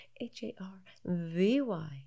H-A-R-V-Y